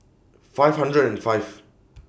five hundred and five